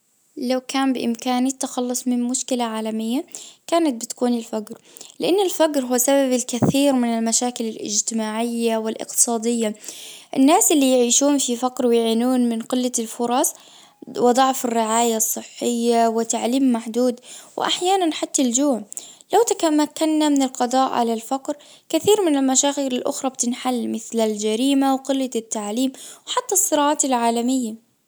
لو كان بامكاني التخلص من مشكلة عالمية كانت بتكون الفقر لان الفقر هو سبب الكثير من المشاكل الاجتماعية والاقتصادية الناس اللي يعيشون في فقر ويعانون من قلة الفرص وضعف الرعاية الصحية وتعليم محدود وأحيانا حتى اليوم تمكنا من القضاء على الفقر كثير من المشاغل الاخرى بتنحل مثل الجريمة وقلة التعليم وحتى الصراعات العالمية.